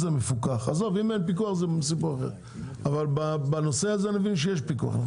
אין פיקוח זה סיפור אחר, אבל בנושא הזה יש פיקוח.